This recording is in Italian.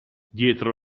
dietro